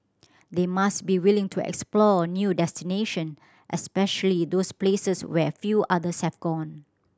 they must be willing to explore new destination especially those places where few others have gone